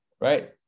right